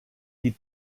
die